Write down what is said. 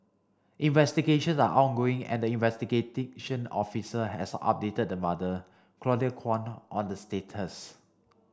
investigations are ongoing and the officer has updated the mother Claudia Kwan on the status